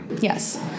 Yes